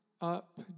up